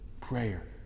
prayer